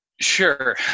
Sure